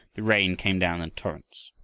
the rain came down in torrents,